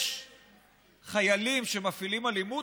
יש חיילים שמפעילים אלימות?